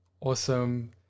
awesome